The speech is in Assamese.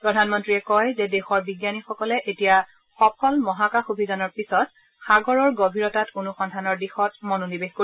প্ৰধানমন্ত্ৰীয়ে কয় যে দেশৰ বিজ্ঞানীসকলে এতিয়া সফল মহাকাশ অভিযানৰ পিছত সাগৰৰ গভীৰতাত অনুসন্ধানৰ দিশত মনোনিৱেশ কৰিব